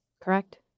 correct